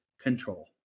control